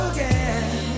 Again